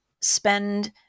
spend